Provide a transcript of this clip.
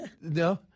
No